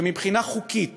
מבחינה חוקית